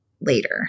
later